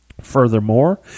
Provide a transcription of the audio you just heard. Furthermore